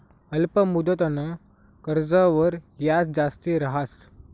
अल्प मुदतनं कर्जवर याज जास्ती रहास